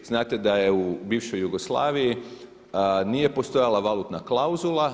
Znate da je u bivšoj Jugoslaviji nije postojala valutna klauzula.